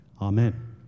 Amen